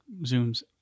zooms